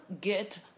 get